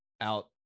out